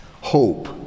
hope